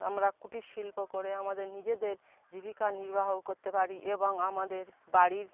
আমরা কুটির শিল্প করে আমাদের নিজেদের জীবিকা নির্বাহ করতে পারি এবং আমাদের বাড়ির